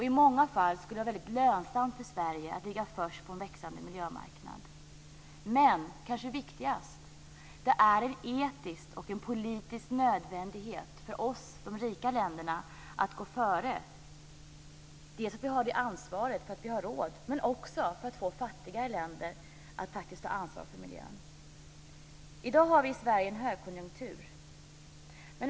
I många fall är det också lönsamt för Sverige att ligga först på en växande miljömarknad. Men, och det är kanske viktigast, det är en etisk och politisk nödvändighet för oss, de rika länderna, att gå före. Dels har vi det ansvaret eftersom vi har råd, dels kan vi då få fattigare länder att faktiskt ta ansvar för miljön. I dag har vi i Sverige en högkonjunktur.